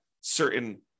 certain